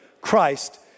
Christ